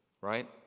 Right